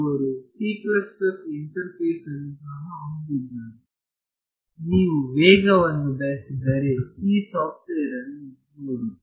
ಅವರು C interface ಅನ್ನು ಸಹ ಹೊಂದಿದ್ದಾರೆ ನೀವು ವೇಗವನ್ನು ಬಯಸಿದರೆ ಈ ಸಾಫ್ಟ್ವೇರ್ ಅನ್ನು ನೋಡಿ